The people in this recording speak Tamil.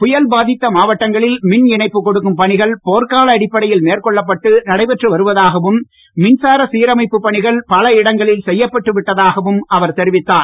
புயல் பாதித்த மாவட்டங்களில் மின் இணைப்பு கொடுக்கும் பணிகள் போர்க்கால அடிப்படையில் மேற்கொள்ளப்பட்டு நடைபெற்று வருவதாகவும் மின்சார சீரமைப்புப் பணிகள் செய்யப்பட்டு விட்டதாகவும் அவர் தெரிவித்தார்